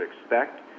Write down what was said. expect